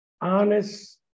honest